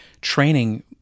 training